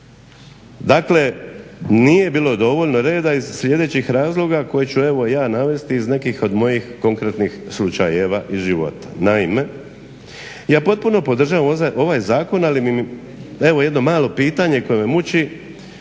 Dakle, nije bilo dovoljno reda iz sljedećih razloga koje ću evo ja navesti iz nekih od mojih konkretnih slučajeva iz života. Naime, ja potpuno podržavam ovaj zakon ali evo jedno malo pitanje koje me muči.